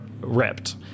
ripped